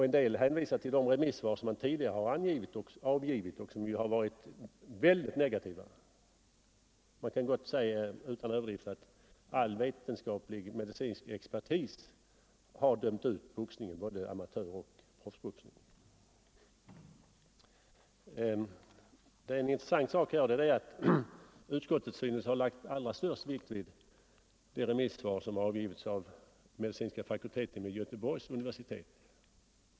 En del hänvisar till de remissvar som de tidigare har avgivit och som var mycket negativa. Jag kan utan överdrift påstå att all vetenskaplig medicinsk expertis har dömt ut både proffsoch amatörboxningen. Det är intressant att konstatera att utskottet synes ha lagt den största vikten vid det remissvar som har avgivits av den medicinska fakulteten vid Göteborgs universitet.